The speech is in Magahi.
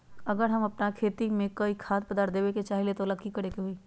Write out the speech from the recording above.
अगर हम अपना खेती में कोइ खाद्य पदार्थ देबे के चाही त वो ला का करे के होई?